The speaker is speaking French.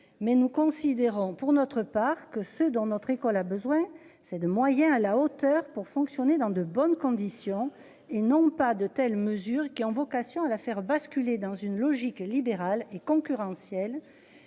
mais nous considérons pour notre part que ce dans notre école a besoin c'est de moyens à la hauteur pour fonctionner dans de bonnes conditions et non pas de telles mesures qui ont vocation à la faire basculer dans une logique libérale et concurrentielle,